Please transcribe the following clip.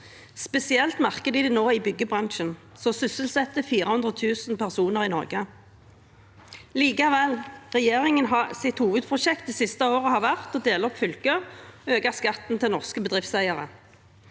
Spesielt merker man det nå i byggebransjen, som sysselsetter 400 000 personer i Norge. Likevel har regjeringens hovedprosjekt det siste året vært å dele opp fylker og øke skatten til norske be driftseiere.